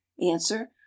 answer